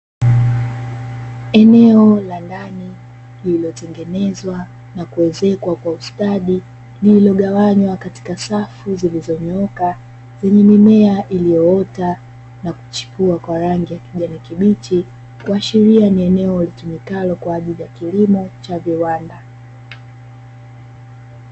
Eneo la ndani lililotengenezwa kwa ustadi lililogawanywa katika safu zilizonyooka zenye mimea iliyoota na kuchipua kwa rangi ya kijani kibichi kuashiria ni eneo litumikalo kwa ajili ya kilimo cha viwanda.